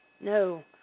no